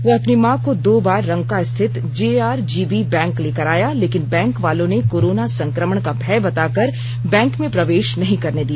वह अपनी मां को दो बार रंका स्थित जेआरजीबी बैंक लेकर आया लेकिन बैंक वालों ने कोरोना संक्रमण का भय बता कर बैंक में प्रवेश नहीं करने दिया